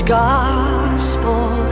gospel